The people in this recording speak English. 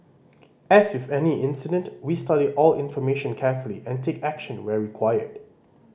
as with any incident we study all information carefully and take action where required